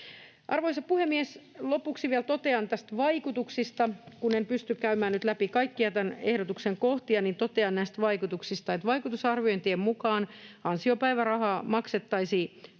Arvoisa puhemies! Lopuksi vielä totean näistä vaikutuksista. Kun en pysty käymään nyt läpi kaikkia tämän ehdotuksen kohtia, niin totean näistä vaikutuksista, että vaikutusarviointien mukaan ansiopäiväraha maksettaisiin